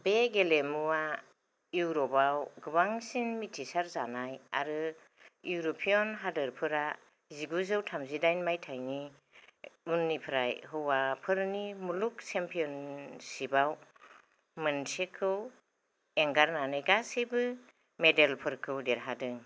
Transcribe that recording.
बे गेलेमुआ इउरपआव गोबांसिन मिथिसारजानाय आरो इउरपियन हादोरफोरा जिगुजौ थामजि दाइन माइथाइनि उननिफ्राय हौवाफोरनि मुलुग चेमपियनशिपआव मोनसेखौ एंगारनानै गासैबो मेडेलफोरखौ देरहादों